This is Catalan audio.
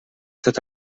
tot